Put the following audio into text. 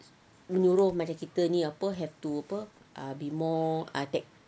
menyuruh macam kita ni apa have to apa be more ah high tech